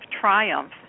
Triumph